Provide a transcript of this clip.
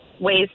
ways